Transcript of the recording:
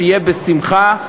שיהיה בשמחה,